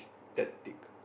tactic